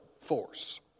force